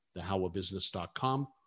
thehowabusiness.com